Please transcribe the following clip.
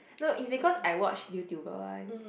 no is because I watch YouTuber one